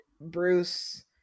Bruce